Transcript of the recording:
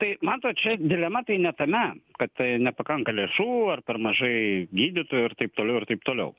tai matot čia dilema tai ne tame kad tai nepakanka lėšų ar per mažai gydytojų ir taip toliau ir taip toliau